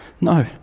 No